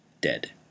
Dead